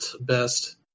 best